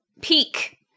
Peak